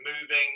moving